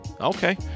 Okay